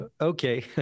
okay